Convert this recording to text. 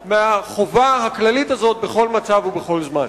מהחובה הכללית הזאת בכל מצב ובכל זמן.